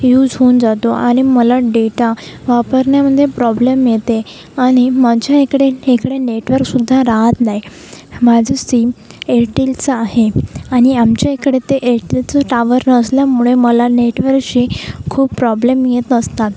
use होऊन जातो आणि मला डेटा वापरण्यामध्ये प्रॉब्लेम येते आणि माझ्या इकडे इकडे नेटवर्कसुद्धा राहत नाही माझं सिम एअरटेलचं आहे आणि आमच्या इकडे ते एअरटेलचं टावर नसल्यामुळे मला नेटवरशी खूप प्रॉब्लेम येत असतात